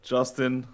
Justin